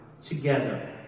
together